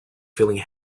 feeling